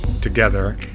together